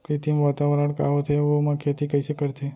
कृत्रिम वातावरण का होथे, अऊ ओमा खेती कइसे करथे?